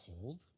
cold